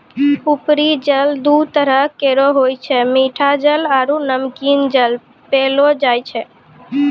उपरी जल दू तरह केरो होय छै मीठा जल आरु नमकीन जल पैलो जाय छै